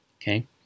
okay